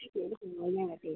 എനിക്ക് വയ്യ ഞാൻ കട്ട് ചെയ്യും